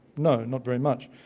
no, not very much.